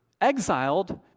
exiled